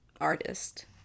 artist